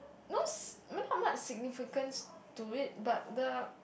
no not much significance to it but the